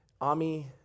Ami